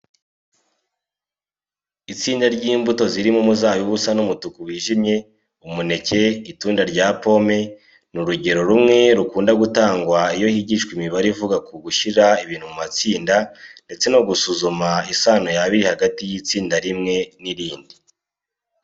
Itsinda ry'imbuto zirimo umuzabibu usa n'umutuku wijimye, umuneke, itunda rya pome. Ni urugero rumwe rukunda gutangwa iyo higishwa imibare ivuga ku gushyira ibintu mu matsinda ndetse no gusuzuma isano yaba iri hagati y'itsinda rimwe n'irindi.